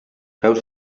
peus